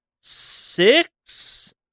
six